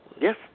Yes